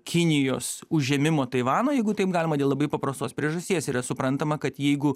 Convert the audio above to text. kinijos užėmimo taivano jeigu taip galima dėl labai paprastos priežasties yra suprantama kad jeigu